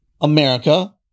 America